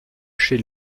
chez